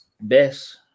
best